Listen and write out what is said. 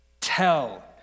tell